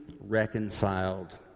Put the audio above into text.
reconciled